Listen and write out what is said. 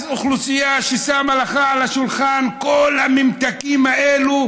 אז זאת אוכלוסייה ששמה לך על השולחן את כל הממתקים האלו,